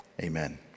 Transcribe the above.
amen